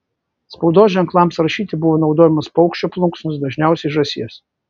spaudos ženklams rašyti buvo naudojamos paukščio plunksnos dažniausiai žąsies